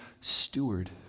steward